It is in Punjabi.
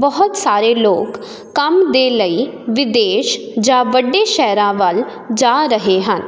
ਬਹੁਤ ਸਾਰੇ ਲੋਕ ਕੰਮ ਦੇ ਲਈ ਵਿਦੇਸ਼ ਜਾਂ ਵੱਡੇ ਸ਼ਹਿਰਾਂ ਵੱਲ ਜਾ ਰਹੇ ਹਨ